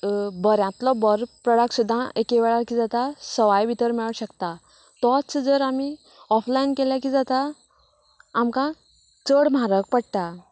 बऱ्यांतलो बरो प्रोडक्ट सुद्दां एके वेळार कितें जाता सवाय सुद्दां मेळोंक शकता तोच जर आमी ऑफलायन केल्यार कितें जाता आमकां चड म्हारग पडटा